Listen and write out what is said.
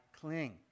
cling